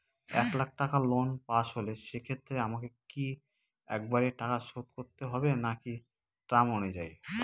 এক লাখ টাকা লোন পাশ হল সেক্ষেত্রে আমাকে কি একবারে টাকা শোধ করতে হবে নাকি টার্ম অনুযায়ী?